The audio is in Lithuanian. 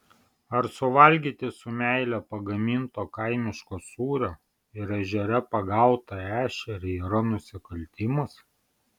ar suvalgyti su meile pagaminto kaimiško sūrio ir ežere pagautą ešerį yra nusikaltimas